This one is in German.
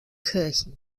kirchen